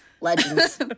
legends